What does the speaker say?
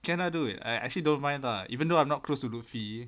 can I do it I actually don't mind lah even though I'm not close to loofy